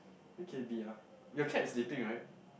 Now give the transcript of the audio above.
who can it be ah your cat is sleeping right